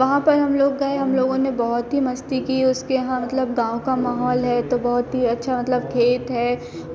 वहाँ पर हम लोग गए हम लोगों ने बहुत ही मस्ती की उसके यहाँ मतलब गाँव का माहौल है तो बहुत ही अच्छा मतलब खेत है